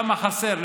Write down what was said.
כמה חסר.